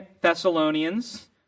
Thessalonians